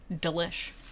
delish